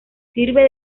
sirve